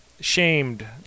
shamed